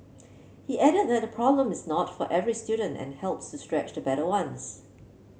he added that problem is not for every student and helps to stretch the better ones